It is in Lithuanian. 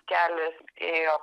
kelias ėjo